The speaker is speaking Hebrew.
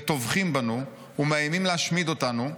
וטובחים בנו, ומאיימים להשמיד אותנו,